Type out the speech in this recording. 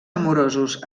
amorosos